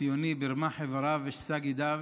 ציוני ברמ"ח איבריו ושס"ה גידיו,